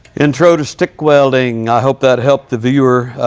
intro to stick welding. i hope that helped the viewer,